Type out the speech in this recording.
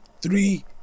Three